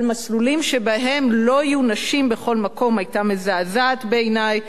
מסלולים שבהם לא יהיו נשים בכל מקום היתה מזעזעת בעיני.